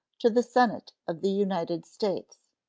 to the senate of the united states